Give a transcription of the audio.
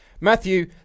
Matthew